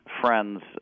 friends